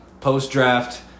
post-draft